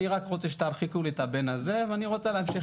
אני רק רוצה שתרחיקו לי מהבית את הבן הזה ואני רוצה להמשיך